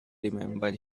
remembered